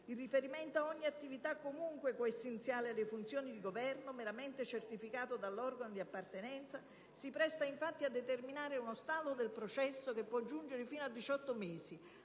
Il riferimento a «ogni attività comunque coessenziale alle funzioni di governo», meramente certificata dall'organo di appartenenza, si presta infatti a determinare uno stallo del processo che può giungere sino a 18 mesi,